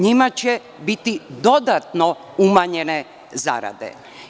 Njima će biti dodatno umanjene zarade.